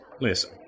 listen